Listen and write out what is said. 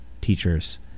teachers